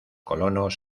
colonos